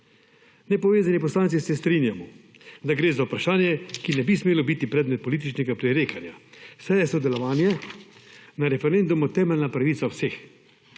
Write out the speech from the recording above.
Nepovezani poslanci se strinjamo, da gre za vprašanje, ki ne bi smelo biti predmet politične prerekanja, saj je sodelovanja ne referendumu temeljna pravica vseh.